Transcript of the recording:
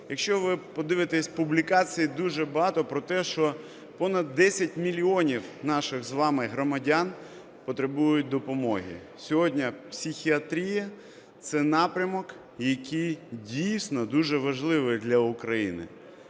Якщо ви подивитесь публікації, дуже багато про те, що понад 10 мільйонів наших з вами громадян потребують допомоги. Сьогодні психіатрія – це напрямок, який дійсно дуже важливий для України.